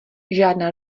žádná